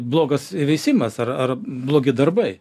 blogas veisimas ar ar blogi darbai